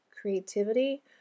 creativity